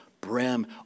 brim